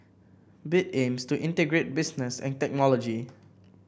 bit aims to integrate business and technology